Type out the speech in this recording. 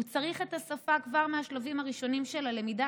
הוא צריך את השפה כבר מהשלבים הראשונים של הלמידה.